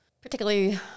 particularly